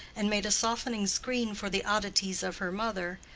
and made a softening screen for the oddities of her mother,